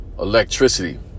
electricity